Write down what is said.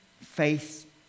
Faith